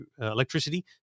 electricity